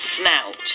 snout